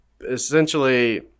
Essentially